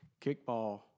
kickball